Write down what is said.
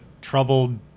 troubled